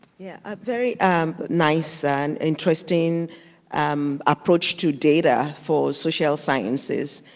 yeah, a very nice and interesting um approach to data for social sciences.